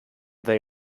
they